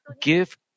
give